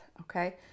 Okay